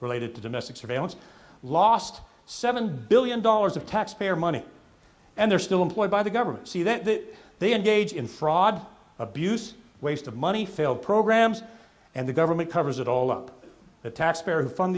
related to domestic surveillance lost seven billion dollars of taxpayer money and they're still employed by the government see that they engage in fraud abuse waste of money failed programs and the government covers it all up the taxpayer t